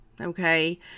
okay